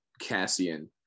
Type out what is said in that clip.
Cassian